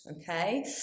okay